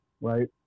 right